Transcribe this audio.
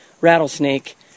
rattlesnake